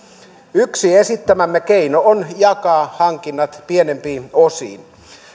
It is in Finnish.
yksi esittämämme keino on jakaa hankinnat pienempiin osiin